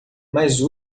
mas